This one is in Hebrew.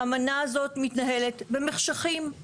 האמנה הזאת מתנהל במחשכים,